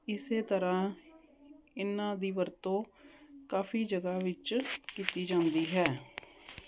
ਇਸ ਤਰ੍ਹਾਂ ਇਹਨਾਂ ਦੀ ਵਰਤੋਂ ਕਾਫੀ ਜਗ੍ਹਾ ਵਿੱਚ ਕੀਤੀ ਜਾਂਦੀ ਹੈ